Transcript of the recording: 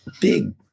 big